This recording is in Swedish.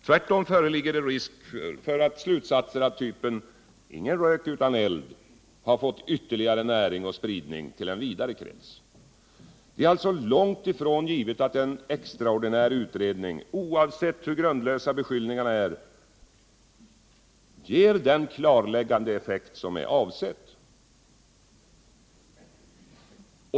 Tvärtom föreligger det risk för att stutsatser av typen ”ingen rök utan eld” har fått ytterligare näring och spridning till en vidare krets. Det är alltså långt ifrån givet att en extraordinär utredning, oavsett hur grundlösa beskyllningarna är, får den klarläggande effekt som är avsedd.